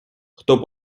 хто